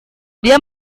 dia